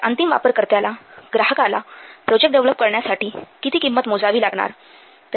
तर अंतिम वापरकर्त्याला ग्राहकाला प्रोजेक्ट डेव्हलप करण्यासाठी किती किंमत मोजावे लागणार